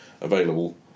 available